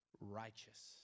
righteous